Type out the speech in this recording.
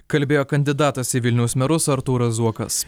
kalbėjo kandidatas į vilniaus merus artūras zuokas